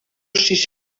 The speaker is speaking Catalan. sis